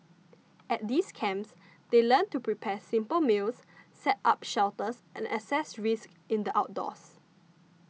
at these camps they learn to prepare simple meals set up shelters and assess risks in the outdoors